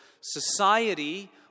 society